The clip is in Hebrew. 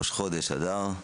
ראש חודש אדר,